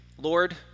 Lord